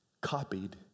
copied